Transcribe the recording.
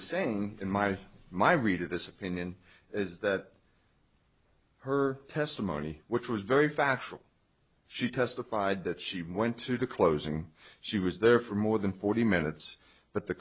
is saying in my my read of this opinion is that her testimony which was very factual she testified that she went to the closing she was there for more than forty minutes but the